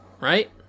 right